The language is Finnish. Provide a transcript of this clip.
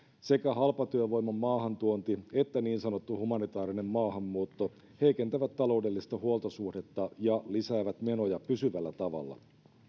sekä halpatyövoiman maahantuonti että niin sanottu humanitaarinen maahanmuutto heikentävät taloudellista huoltosuhdetta ja lisäävät menoja pysyvällä tavalla